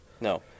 No